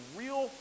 real